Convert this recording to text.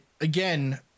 again